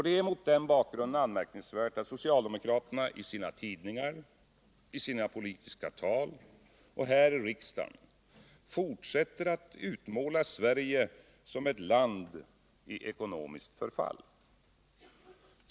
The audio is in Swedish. Det är mot den bakgrunden anmärkningsvärt att socialdemokraterna i sina tidningar, i politiska tal och här i riksdagen fortsätter att utmåla Sverige som ett land i ekonomiskt förfall.